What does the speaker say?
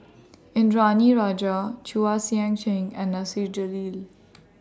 Indranee Rajah Chua Sian Chin and Nasir Jalil